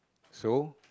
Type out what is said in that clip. so